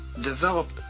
developed